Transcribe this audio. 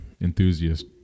enthusiast